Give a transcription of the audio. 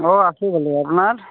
অঁ আছোঁ ভালে আপোনাৰ